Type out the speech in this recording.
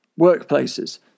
workplaces